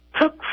took